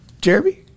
Jeremy